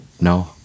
No